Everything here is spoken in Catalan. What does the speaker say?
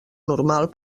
normal